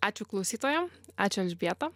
ačiū klausytojam ačiū elžbieta